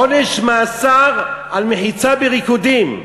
עונש מאסר על מחיצה בריקודים,